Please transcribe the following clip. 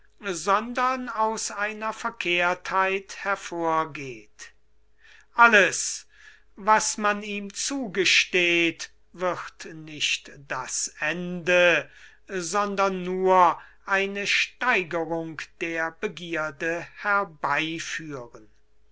sondern aus einer verkehrtheit hervorgeht alles was man ihm zugesteht wird nicht das ende sondern eine steigerung der begierde herbeiführen